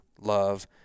love